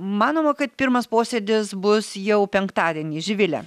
manoma kad pirmas posėdis bus jau penktadienį živile